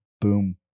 boom